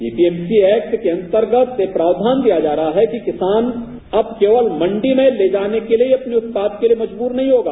EPFC act के अंतर्गत यह प्राक्षान दिया जा रहा है कि किसान अब केवल मंडी में ले जाने के लिए अपने उत्पाद के लिए मजबूर नहीं होगा